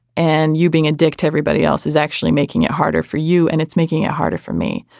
and you being a dick to everybody else is actually making it harder for you and it's making it harder for me.